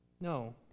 No